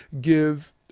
give